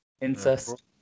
Incest